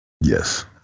Yes